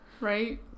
Right